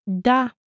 Da